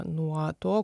nuo to